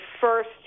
first